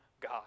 God